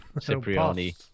Cipriani